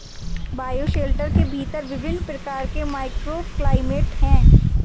bioshelter के भीतर विभिन्न प्रकार के माइक्रोक्लाइमेट हैं